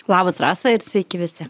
labas rasa ir sveiki visi